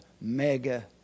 mega